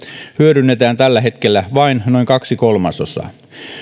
hyödynnetään tällä hetkellä vain noin kaksi kolmasosaa